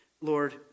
Lord